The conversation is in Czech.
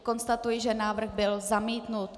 Konstatuji, že návrh byl zamítnut.